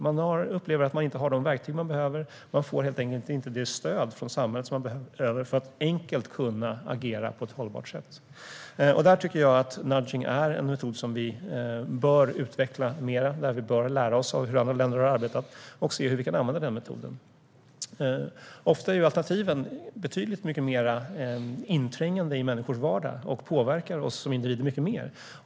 De upplever att de inte har de verktyg de behöver. De får helt enkelt inte det stöd de behöver från samhället för att enkelt kunna agera på ett hållbart sätt. Där tycker jag att nudging är en metod vi bör utveckla mera. Vi bör lära oss av hur andra länder har arbetat och se hur vi kan använda den metoden. Ofta är alternativen betydligt mycket mer inträngande i människors vardag och påverkar oss som individer mycket mer.